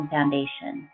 Foundation